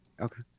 Okay